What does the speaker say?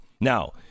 Now